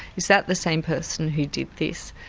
is that the same person who did this?